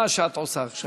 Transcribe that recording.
מה שאת עושה עכשיו.